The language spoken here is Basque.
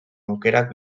aukerak